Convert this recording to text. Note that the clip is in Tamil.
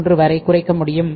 33 வரை குறைக்க முடியும்